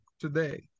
today